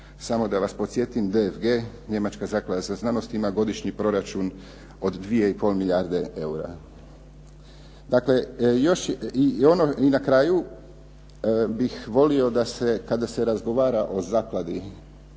Samo da vas podsjetim DFG njemačka Zaklada za znanost ima godišnji proračun od 2,5 milijarde eura. Dakle, i na kraju bih volio da se kada se razgovara o zakladi.